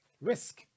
Risk